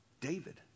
David